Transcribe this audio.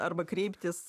arba kreiptis